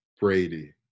Brady